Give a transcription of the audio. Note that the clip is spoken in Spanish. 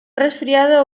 resfriado